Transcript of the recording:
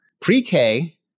pre-K